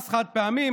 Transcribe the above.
מס חד-פעמי,